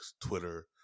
Twitter